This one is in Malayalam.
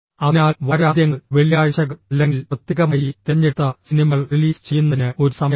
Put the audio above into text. അതിനാൽ വാരാന്ത്യങ്ങൾ വെള്ളിയാഴ്ചകൾ അല്ലെങ്കിൽ പ്രത്യേകമായി തിരഞ്ഞെടുത്ത സിനിമകൾ റിലീസ് ചെയ്യുന്നതിന് ഒരു സമയമുണ്ട്